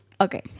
Okay